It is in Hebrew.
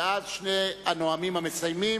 ואז שני הנואמים המסיימים